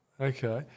Okay